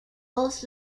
both